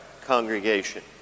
congregation